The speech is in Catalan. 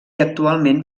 actualment